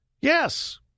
yes